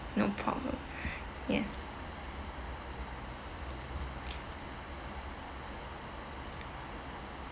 no problem yes